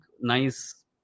nice